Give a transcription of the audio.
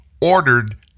ordered